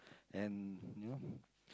and you know